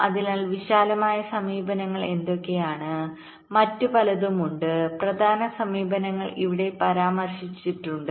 അതിനാൽ വിശാലമായ സമീപനങ്ങൾ എന്തൊക്കെയാണ് മറ്റു പലതും ഉണ്ട് പ്രധാന സമീപനങ്ങൾ ഇവിടെ പരാമർശിച്ചിട്ടുണ്ട്